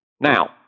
Now